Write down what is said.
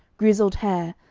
grizzled hair,